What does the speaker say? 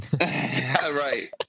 Right